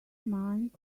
mind